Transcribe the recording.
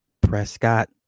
Prescott